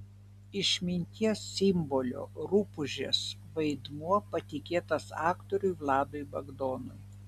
išminties simbolio rupūžės vaidmuo patikėtas aktoriui vladui bagdonui